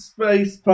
Space